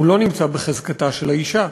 הוא לא נמצא בחזקתה של האישה.